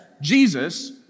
Jesus